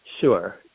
Sure